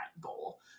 goal